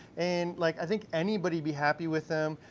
and like, i think anybody'd be happy with them.